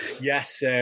yes